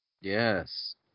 Yes